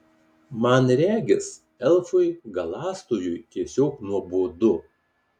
man regis elfui galąstojui tiesiog nuobodu